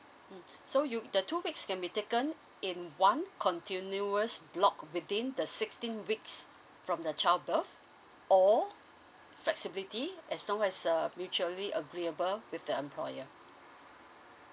mm so you the topics can be taken in one continuous block within the sixteen weeks from the child birth or flexibility as long where's a mutually agreeable with the employer